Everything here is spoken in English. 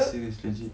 serious legit